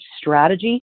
strategy